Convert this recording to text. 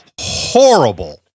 horrible